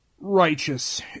righteous